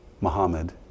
Muhammad